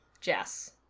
Jess